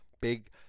big